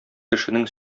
кешенең